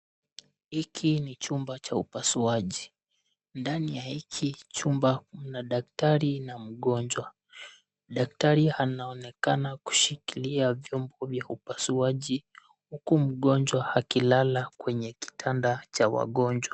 Hiki ni chumba cha upasuaji. Ndani ya hiki chumba ,kuna daktari na mgonjwa. Daktari anaonekana kushikilia vyombo vya upasuaji, huku mgonjwa. akilala kwenye kitanda cha wagonjwa.